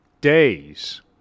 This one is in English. days